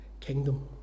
kingdom